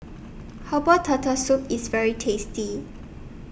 Herbal Turtle Soup IS very tasty